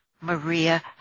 Maria